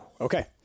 Okay